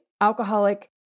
alcoholic